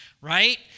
right